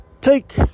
take